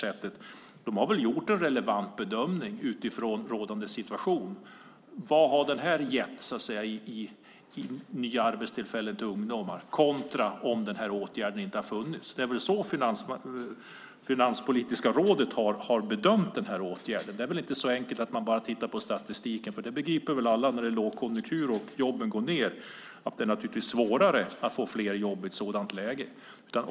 De har väl gjort en relevant bedömning utifrån rådande situation. Vad har det gett i nya arbetstillfällen för ungdomar kontra om åtgärden inte funnits? Det är väl så Finanspolitiska rådet har bedömt åtgärden. Det är inte så enkelt att man bara har tittat på statistiken, för alla begriper att när det är lågkonjunktur och jobben blir färre är det svårare att få fram fler jobb.